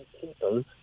people